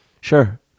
Sure